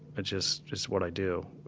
but just, just what i do.